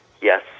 Yes